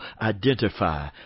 identify